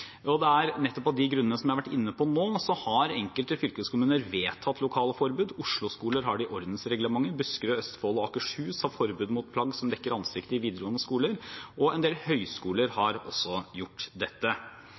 og at det er saklig begrunnet. Nettopp av de grunnene jeg har vært inne på nå, har enkelte fylkeskommuner vedtatt lokale forbud. Oslo-skoler har det i ordensreglementet, Buskerud, Østfold og Akershus har forbud mot plagg som dekker ansiktet, i videregående skoler, og en del høyskoler